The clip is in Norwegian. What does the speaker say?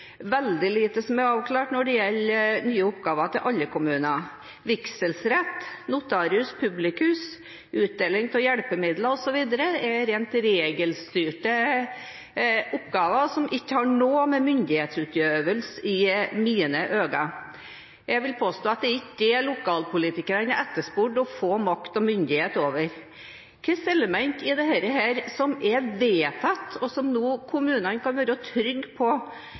veldig lite som er avklart når det gjelder nye oppgaver til alle kommuner. Vigselsrett, notarius publicus, utdeling av hjelpemidler osv. er rent regelstyrte oppgaver som ikke har noe med myndighetsutøvelse å gjøre, i mine øyne. Jeg vil påstå at det var ikke dette lokalpolitikerne etterspurte å få makt og myndighet over. Hvilke elementer i dette, som er vedtatt, og som kommunene nå kan være trygge på,